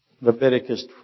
Leviticus